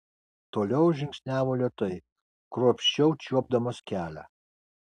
toliau žingsniavo lėtai kruopščiau čiuopdamas kelią